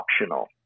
optional